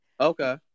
Okay